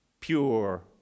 pure